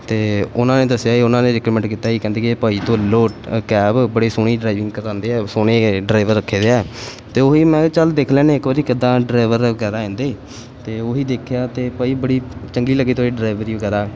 ਅਤੇ ਉਹਨਾਂ ਨੇ ਦੱਸਿਆ ਸੀ ਉਹਨਾਂ ਨੇ ਰਿਕਮੈਂਡ ਕੀਤਾ ਸੀ ਕਹਿੰਦੇ ਕਿ ਭਾਅ ਜੀ ਤੋਂ ਲਉ ਕੈਬ ਬੜੀ ਸੋਹਣੀ ਕਰਵਾਉਂਦੇ ਆ ਸੋਹਣੇ ਡਰਾਈਵਰ ਰੱਖੇ ਵੇ ਹੈ ਅਤੇ ਉਹੀ ਮੈਂ ਚੱਲ ਦੇਖ ਲੈਂਦੇ ਇੱਕ ਵਾਰੀ ਕਿੱਦਾਂ ਡਰਾਈਵਰ ਵਗੈਰਾ ਇਹਦੇ ਅਤੇ ਉਹੀ ਦੇਖਿਆ ਅਤੇ ਭਾਅ ਜੀ ਬੜੀ ਚੰਗੀ ਲੱਗੀ ਤੁਹਾਡੀ ਡਰਾਈਵਰੀ ਵਗੈਰਾ